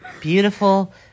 beautiful